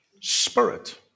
Spirit